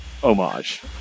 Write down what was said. homage